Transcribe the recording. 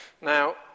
Now